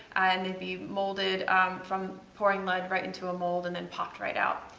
and be molded from pouring lead right into a mold and then popped right out.